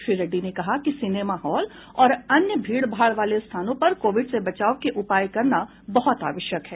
श्री रेड्डी ने कहा कि सिनेमा हॉल और अन्य भाीड़भाड़ वाले स्थानों पर कोविड से बचाव के उपाय करना बहुत आवश्यक है